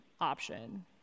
option